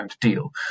deal